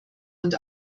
und